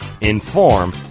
inform